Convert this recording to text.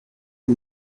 the